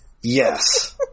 Yes